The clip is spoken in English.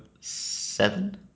Seven